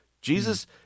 Jesus